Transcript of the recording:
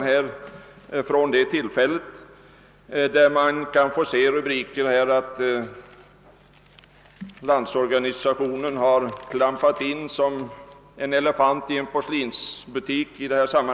Här kunde man få se rubriker som »Landsorganisationen har klampat in som en elefant i en porslinsbutik».